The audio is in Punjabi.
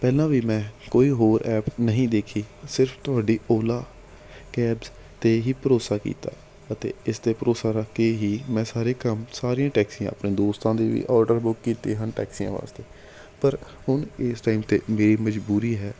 ਪਹਿਲਾਂ ਵੀ ਮੈਂ ਕੋਈ ਹੋਰ ਐਪ ਨਹੀਂ ਦੇਖੀ ਸਿਰਫ ਤੁਹਾਡੀ ਓਲਾ ਕੈਬਸ 'ਤੇ ਹੀ ਭਰੋਸਾ ਕੀਤਾ ਅਤੇ ਇਸ 'ਤੇ ਭਰੋਸਾ ਰੱਖ ਕੇ ਹੀ ਮੈਂ ਸਾਰੇ ਕੰਮ ਸਾਰੀਆਂ ਟੈਕਸੀਆਂ ਆਪਣੇ ਦੋਸਤਾਂ ਦੇ ਵੀ ਔਡਰ ਬੁੱਕ ਕੀਤੇ ਹਨ ਟੈਕਸੀਆਂ ਵਾਸਤੇ ਪਰ ਹੁਣ ਇਸ ਟਾਈਮ 'ਤੇ ਮੇਰੀ ਮਜ਼ਬੂਰੀ ਹੈ